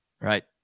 Right